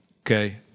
Okay